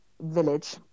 village